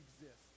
exist